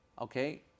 okay